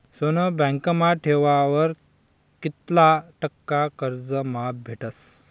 सोनं बँकमा ठेवावर कित्ला टक्का कर्ज माफ भेटस?